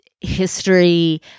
History